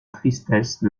tristesse